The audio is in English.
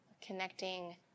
connecting